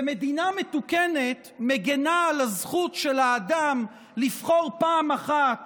ומדינה מתוקנת מגינה על הזכות של האדם לבחור פעם אחת